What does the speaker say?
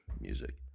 Music